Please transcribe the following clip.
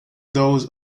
those